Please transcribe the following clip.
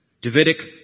Davidic